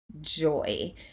joy